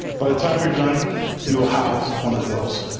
by the time you're done you will have one of those.